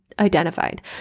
identified